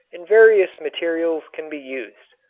and various materials can be used.